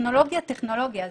וטכנולוגיה טכנולוגיה.